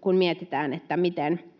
kun mietitään, miten